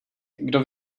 kdo